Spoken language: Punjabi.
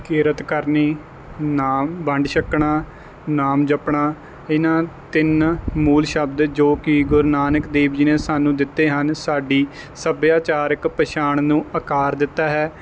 ਕਿਰਤ ਕਰਨੀ ਨਾਮ ਵੰਡ ਛੱਕਣਾ ਨਾਮ ਜਪਣਾ ਇਹਨਾਂ ਤਿੰਨ ਮੂਲ ਸ਼ਬਦ ਜੋ ਕਿ ਗੁਰੂ ਨਾਨਕ ਦੇਵ ਜੀ ਨੇ ਸਾਨੂੰ ਦਿੱਤੇ ਹਨ ਸਾਡੀ ਸੱਭਿਆਚਾਰਕ ਪਛਾਣ ਨੂੰ ਆਕਾਰ ਦਿੱਤਾ ਹੈ